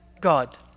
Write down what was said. God